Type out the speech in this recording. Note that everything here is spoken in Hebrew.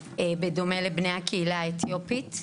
בדומה לבני הקהילה האתיופית,